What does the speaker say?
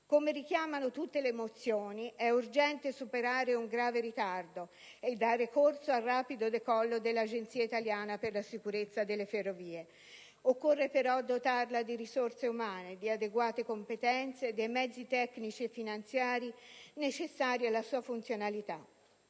Come richiamano tutte le mozioni, è urgente superare un grave ritardo e dare corso al rapido decollo dell'Agenzia italiana per la sicurezza delle ferrovie. Occorre dotarla di risorse umane, di adeguate competenze, dei mezzi tecnici e finanziari necessari alla sua funzionalità.